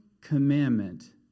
commandment